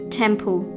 temple